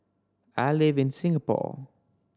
I live in Singapore